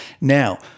Now